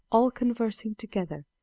all conversing together,